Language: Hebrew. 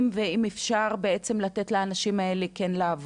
אז אם אפשר אז בעצם כן לתת לאנשים האלה לעבוד.